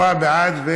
עשרה בעד,